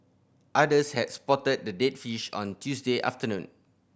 others had spotted the dead fish on Tuesday afternoon